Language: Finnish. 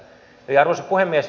arvoisa puhemies